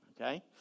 Okay